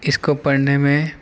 اس کو پڑھنے میں